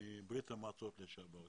מברית המועצות לשעבר ב-1974.